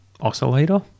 oscillator